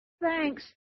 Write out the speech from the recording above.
Thanks